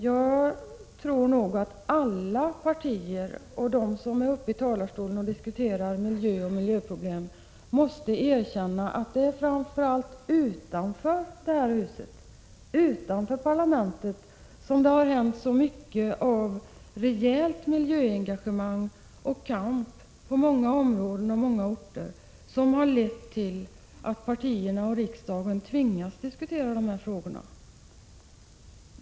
Jag tror nog att alla partier som skickar upp representanter i talarstolen för att diskutera miljöproblem måste erkänna att det framför allt är utanför parlamentet som man ser ett rejält miljöengagemang. Detta har på många områden och många orter lett till att partierna i riksdagen tvingats diskutera dessa frågor.